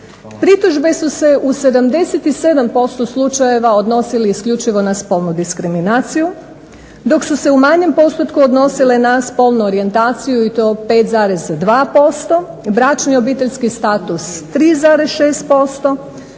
Pritužbe su se u 77% slučajeva odnosile isključivo na spolnu diskriminaciju dok su se u manjem postotku odnosile na spolnu orijentaciju i to 5,2%, bračni i obiteljski status 3,6%,